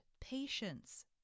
patience